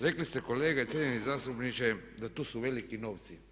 Rekli ste kolega i cijenjeni zastupniče da tu su veliki novci.